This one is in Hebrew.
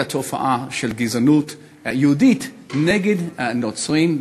התופעה של גזענות יהודית נגד נוצרים,